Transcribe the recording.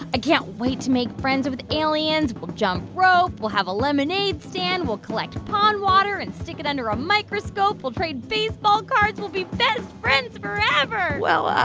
i can't wait to make friends with aliens. we'll jump rope. we'll have a lemonade stand. we'll collect pond water and stick it under a microscope. we'll trade baseball cards. we'll be best friends forever well,